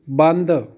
ਬੰਦ